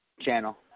channel